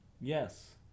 Yes